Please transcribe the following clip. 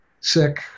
sick